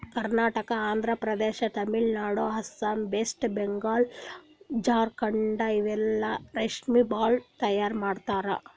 Karnataka, Andhra Pradesh, Tamil Nadu, Assam, West Bengal, Jharkhand ಇಲ್ಲೆಲ್ಲಾ ರೇಶ್ಮಿ ಭಾಳ್ ತೈಯಾರ್ ಮಾಡ್ತರ್